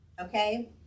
Okay